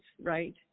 right